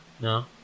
No